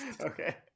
Okay